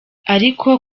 ariko